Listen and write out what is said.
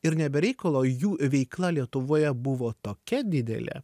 ir ne be reikalo jų veikla lietuvoje buvo tokia didelė